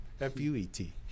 F-U-E-T